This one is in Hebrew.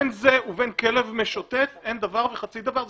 בין זה ובין כלב משוטט, אין דבר וחצי דבר.